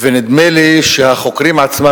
ונדמה לי שהחוקרים עצמם,